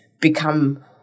become